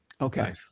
Okay